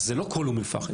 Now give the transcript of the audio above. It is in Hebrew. אז זה לא כל אום אל פחם.